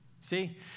See